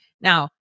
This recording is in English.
Now